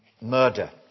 murder